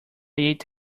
ate